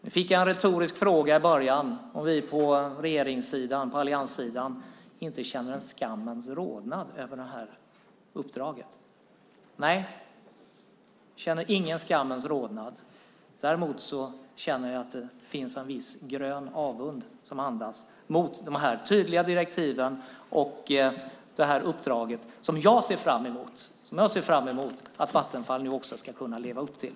Jag fick en retorisk fråga, nämligen om vi på allianssidan inte känner en skammens rodnad över uppdraget. Nej, vi känner ingen skammens rodnad. Däremot känner jag att det finns en grön avund mot de tydliga direktiven och uppdraget, som jag ser fram emot att Vattenfall nu ska kunna leva upp till.